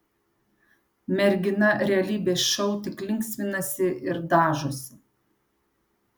mergina realybės šou tik linksminasi ir dažosi